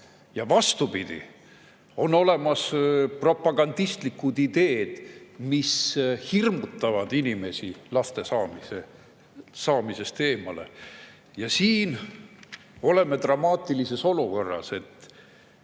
ja vastupidi, on olemas propagandistlikud ideed, mis hirmutavad inimesi laste saamisest eemale. Siin oleme dramaatilises olukorras.